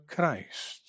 Christ